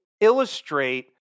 illustrate